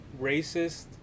racist